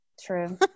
True